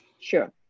Sure